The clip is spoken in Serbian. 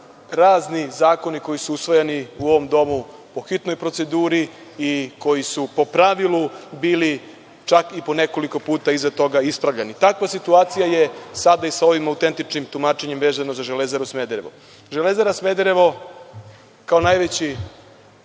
razni zakoni koji su usvojeni u ovom domu po hitnoj proceduri i koji su po pravilu bili čak i po nekoliko puta iza toga ispravljani. Takva situacija je sada i sa ovim autentičnim tumačenjem vezano za „Železaru“ Smederevo. „Železara“ Smederevo kao najveći